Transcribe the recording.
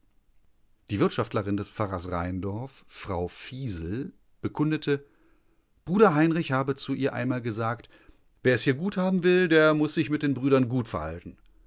die wirtschafterin des pfarrers rheindorf frau fiesel bekundete bruder heinrich habe zu ihr einmal gesagt wer es hier gut haben will der muß sich mit den brüdern gut verhalten